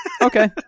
Okay